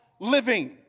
living